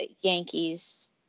Yankees